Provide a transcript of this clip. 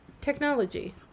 Technology